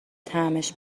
طعمش